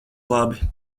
labi